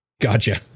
Gotcha